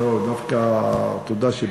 לא, דווקא תודה שבאת.